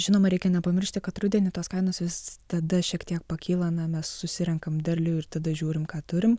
žinoma reikia nepamiršti kad rudenį tos kainos vis tada šiek tiek pakyla na mes susirenkam derlių ir tada žiūrim ką turim